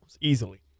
easily